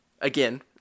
again